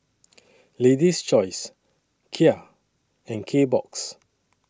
Lady's Choice Kia and Kbox